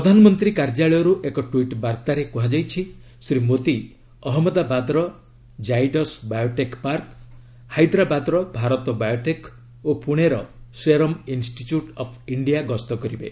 ପ୍ରଧାନମନ୍ତ୍ରୀ କାର୍ଯ୍ୟାଳୟରୁ ଏକ ଟ୍ୱିଟ୍ ବାର୍ଭାରେ କୁହାଯାଇଛି ଶ୍ରୀ ମୋଦୀ ଅହନ୍ମଦାବାଦର ଜାଇଡସ୍ ବାୟୋଟେକ୍ ପାର୍କ୍ ହାଇଦ୍ରାବାଦର ଭାରତ ବାୟୋଟେକ୍ ଓ ପୁଣେର ସେରମ୍ ଇନ୍ଷ୍ଟିଚ୍ୟୁଟ୍ ଅଫ୍ ଇଣ୍ଡିଆ ଗସ୍ତ କରିବେ